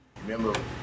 Remember